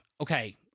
okay